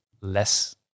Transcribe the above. less